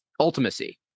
ultimacy